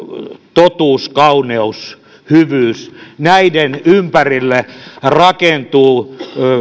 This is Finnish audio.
totuus kauneus hyvyys näiden ympärille rakentuvat